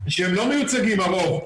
שהם לא מיוצגים, הרוב.